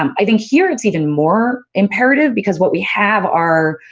um i think here, it's even more imperative because what we have are,